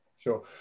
Sure